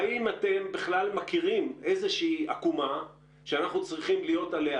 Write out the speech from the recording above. האם אתם בכלל מכירים איזושהי עקומה שאנחנו צריכים להיות עליה